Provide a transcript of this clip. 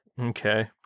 Okay